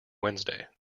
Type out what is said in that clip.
wednesday